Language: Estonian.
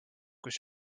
kus